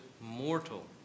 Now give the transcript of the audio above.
mortal